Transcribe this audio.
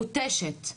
מותשת.